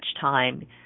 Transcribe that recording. time